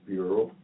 Bureau